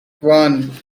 one